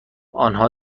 آنها